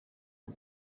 ubu